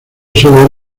sólo